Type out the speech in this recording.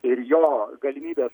ir jo galimybės